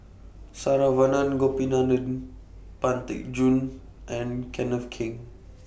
Saravanan Gopinathan Pang Teck Joon and Kenneth Keng